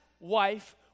wife